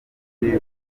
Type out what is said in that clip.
ubundi